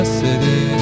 city